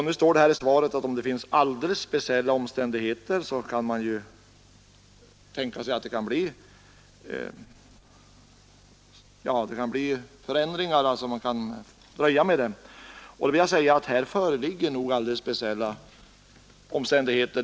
I svaret här står det att om det finns alldeles speciella omständigheter kan man tänka sig att underlåta indelningsändring eller dröja med den, Här i det fall jag åsyftar föreligger nog alldeles speciella omständigheter.